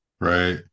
right